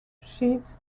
sheet